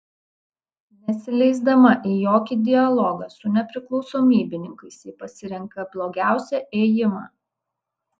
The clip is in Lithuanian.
nesileisdama į jokį dialogą su nepriklausomybininkais ji pasirenka blogiausią ėjimą